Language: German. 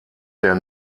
der